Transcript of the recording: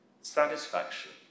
satisfaction